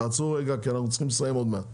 תעצרו רגע כי אנחנו צריכים לסיים עוד מעט,